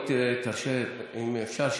אם אפשר,